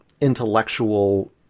intellectual